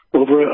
over